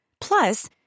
Plus